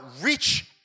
rich